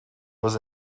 was